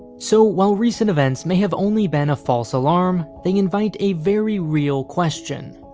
so, while recent events may have only been a false alarm, they invite a very real question.